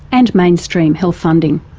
and mainstream health funding.